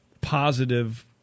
positive